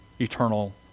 eternal